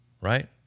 right